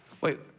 wait